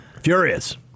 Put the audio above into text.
Furious